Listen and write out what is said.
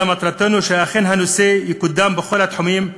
אלא מטרתנו היא שאכן הנושא יקודם בכל התחומים,